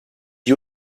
you